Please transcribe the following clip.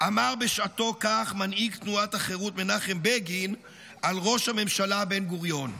כך אמר בשעתו מנהיג תנועת החרות מנחם בגין על ראש הממשלה בן-גוריון.